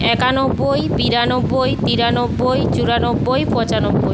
একানব্বই বিরানব্বই তিরানব্বই চুরানব্বই পঁচানব্বই